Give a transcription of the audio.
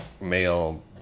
male